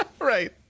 Right